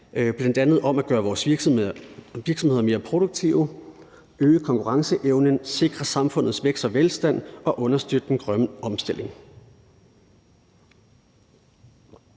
bl.a. om at gøre vores virksomheder mere produktive, øge konkurrenceevnen, sikre samfundets vækst og velstand og understøtte den grønne omstilling.